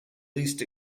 least